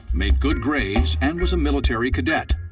made good grades, and was a military cadet.